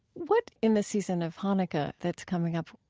what in the season of hanukkah that's coming up,